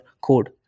code